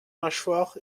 mâchoire